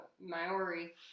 Maori